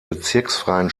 bezirksfreien